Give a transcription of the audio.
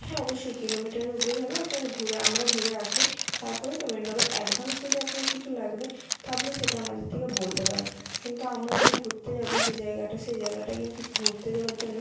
হ্যাঁ অবশ্যই কিলোমিটারের উপরেই হবে আপনারা ঘুরে আমরা ঘুরে আসলেই তারপরেই পেমেন্ট হবে অ্যাডভান্স যদি আপনার কিছু লাগবে তো আপনি সেটা আমাদেরকে বলতে পারেন কিন্তু আমরা যে ঘুরতে যাবো সেই জায়গাটা সেই জায়গাটা কিন্তু ঘুরতে যাওয়ার জন্য